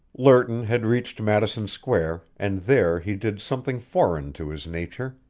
lerton had reached madison square, and there he did something foreign to his nature.